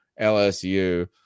LSU